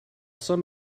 some